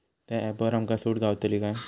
त्या ऍपवर आमका सूट गावतली काय?